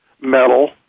metal